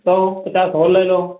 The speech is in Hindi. सौ पचास और ले लो